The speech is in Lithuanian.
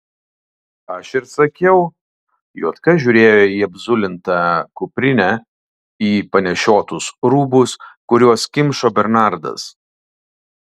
aš ir sakiau juodka žiūrėjo į apzulintą kuprinę į panešiotus rūbus kuriuos kimšo bernardas